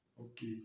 okay